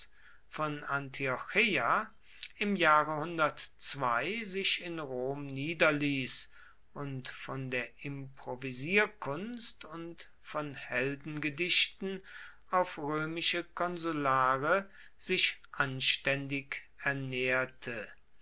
von antiocheia im jahre sich in rom niederließ und von der improvisierkunst und von heldengedichten auf römische konsulare sich anständig ernährte